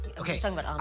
Okay